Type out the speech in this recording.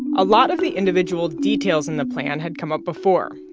a lot of the individual details in the plan had come up before.